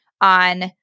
on